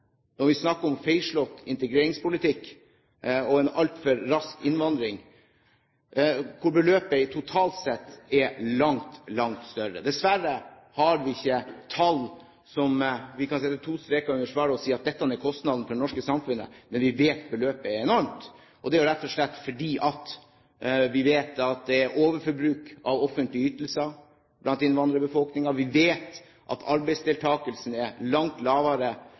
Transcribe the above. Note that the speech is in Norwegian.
når vi snakker om feilslått integreringspolitikk og en altfor rask innvandring, der beløpet totalt sett er langt, langt større. Dessverre har vi ikke tall der vi kan sette to streker under svaret og si at dette er kostnadene for det norske samfunnet, men vi vet at beløpet er enormt. Det er jo rett og slett fordi vi vet at det er overforbruk av offentlige ytelser blant innvandrerbefolkningen, vi vet at arbeidsdeltakelsen er langt lavere